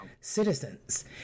citizens